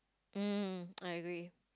mm I agree